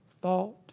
Thought